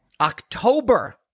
October